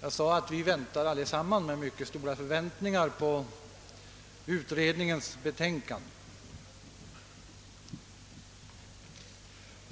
Jag sade att vi emotser allesamman med mycket stora förväntningar utredningens betänkande.